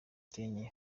gakenke